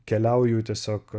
keliauju tiesiog